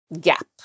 gap